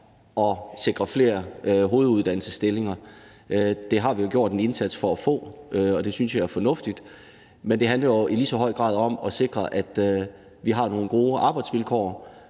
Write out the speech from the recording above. at sikre flere hoveduddannelsesstillinger – det har vi jo gjort en indsats for at få, og det synes jeg er fornuftigt – men det handler i lige så høj grad om at sikre, at vi har nogle gode arbejdsvilkår